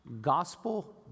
gospel